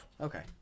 okay